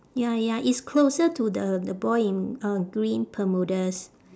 ya ya it's closer to the the boy in uh green bermudas